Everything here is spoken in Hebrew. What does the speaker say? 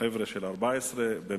הקואליציה של 14 במרס,